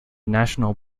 national